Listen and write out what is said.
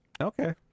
okay